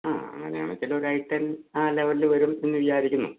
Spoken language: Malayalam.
ആ അങ്ങനെ ആണെന്ന് വെച്ചാൽ ഒരു ഐ ടെൻ ആ ലെവലിൽ വരുമെന്ന് വിചാരിക്കുന്നു